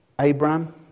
Abraham